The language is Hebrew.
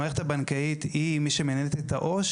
המערכת הבנקאית היא מי שמנהל את העו"ש.